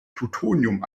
plutonium